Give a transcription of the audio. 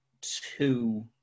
two